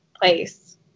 place